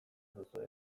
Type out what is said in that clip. duzue